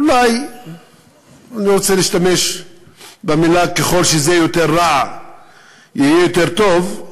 אולי אני לא רוצה להשתמש במשפט: ככל שזה יותר רע יהיה יותר טוב,